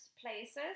places